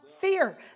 fear